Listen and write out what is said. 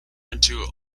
into